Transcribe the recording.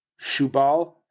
Shubal